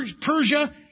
Persia